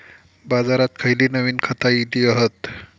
बाजारात खयली नवीन खता इली हत?